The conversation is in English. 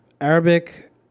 Arabic